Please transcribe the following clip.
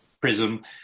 prism